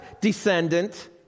descendant